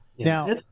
Now